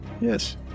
Yes